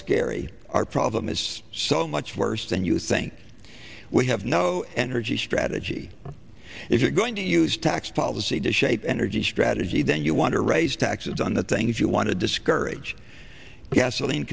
scary our problem is so much worse than you think we have no energy strategy if you're going to use tax policy to shape energy strategy then you want to raise taxes on the things you want to discourage gasoline